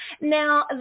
Now